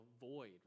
void